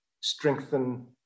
strengthen